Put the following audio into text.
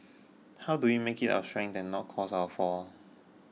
how do we make it our strength and not cause our fall